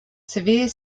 severe